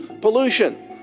pollution